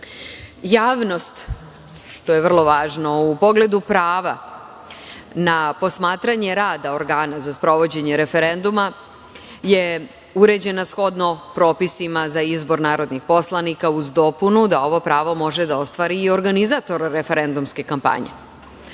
zamena. Javnost, to je vrlo važno, u pogledu prava na posmatranje rada organa za sprovođenje referenduma je uređena shodno propisima za izbor narodnih poslanika, uz dopunu da ovo pravo može da ostvari i organizator referendumske kampanje. Pored